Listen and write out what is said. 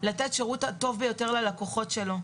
לתת את השירות הטוב ביותר ללקוחות שלו.